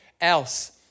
else